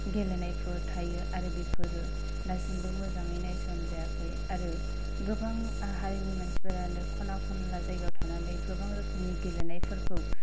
गेलेनायफोर थायो आरो बेफोरो दासिमबो मोजाङै नायसन जायाखै आरो गोबां हारिनि मानसिफोरानो खना खनला जायगायाव थानानै गोबां रोखोमनि गेलेनायफोरखौ